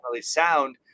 sound